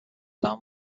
dame